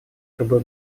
чтобы